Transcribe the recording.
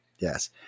Yes